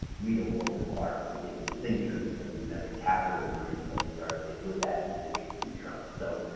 reta will require us to get new signatures because we've never captured a version of this sort of rwa with that individual's signature on it. so,